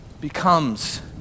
becomes